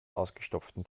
ausgestopften